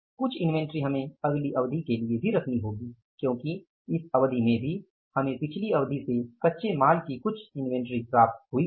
कुछ इन्वेंट्री हमें अगली अवधि के लिए भी रखनी होगी क्योंकि इस अवधि में भी हमें पिछली अवधि से कच्चे माल की कुछ इन्वेंटरी प्राप्त हुई थी